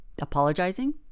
apologizing